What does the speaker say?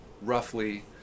roughly